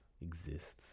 exists